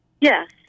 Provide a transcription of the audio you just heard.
Yes